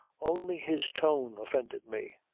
only his tone offended me.